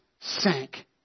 sank